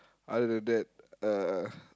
other than that uh